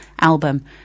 album